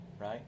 Right